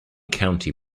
county